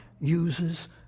uses